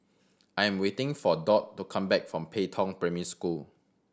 I am waiting for Dot to come back from Pei Tong Primary School